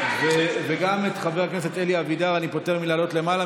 גם את חבר הכנסת אלי אבידר אני פוטר מלעלות למעלה,